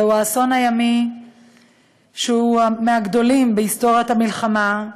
זהו האסון הימי שהוא מהגדולים בהיסטוריית המלחמה,